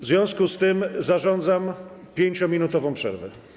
W związku z tym zarządzam 5-minutową przerwę.